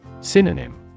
Synonym